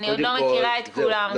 אני עוד לא מכירה את כולם.